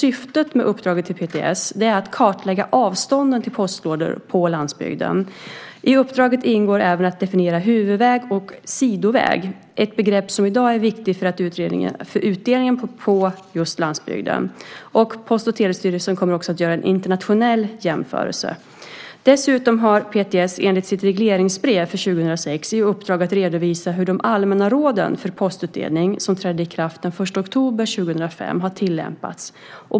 Syftet med uppdraget till PTS är att kartlägga avstånden till postlådor på landsbygden. I uppdraget ingår även att definiera "huvudväg och sidoväg", ett begrepp som i dag är viktigt för utdelningen på just landsbygden. Post och telestyrelsen kommer också att göra en internationell jämförelse. Dessutom har PTS enligt sitt regleringsbrev för år 2006 i uppdrag att redovisa hur de allmänna råden för postutdelning, som trädde i kraft den 1 oktober 2005, har tillämpats.